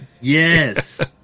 Yes